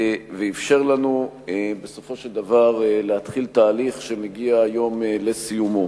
ואפשר לנו בסופו של דבר להתחיל תהליך שמגיע היום לסיומו.